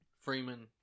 freeman